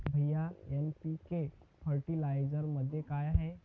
भैय्या एन.पी.के फर्टिलायझरमध्ये काय आहे?